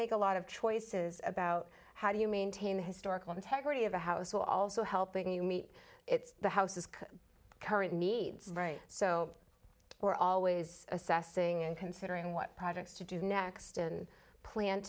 make a lot of choices about how do you maintain the historical integrity of the house while also helping you meet it's the houses current needs right so we're always assessing and considering what projects to do next in plan